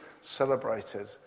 celebrated